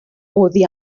oddi